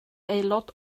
aelod